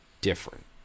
different